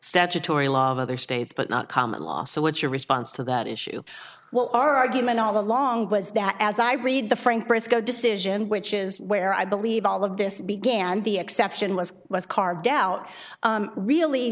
statutory law other states but not common law so what's your response to that issue well our argument all along was that as i read the frank briscoe decision which is where i believe all of this began the exception was was carved out really